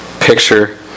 picture